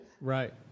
Right